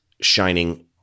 shining